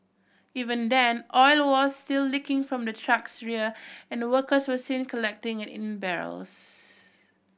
even then oil was still leaking from the truck's rear and workers were seen collecting it in barrels